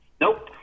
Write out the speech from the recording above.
Nope